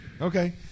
Okay